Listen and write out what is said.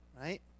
Right